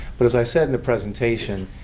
but as i said in the presentation,